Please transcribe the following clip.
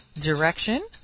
Direction